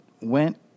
went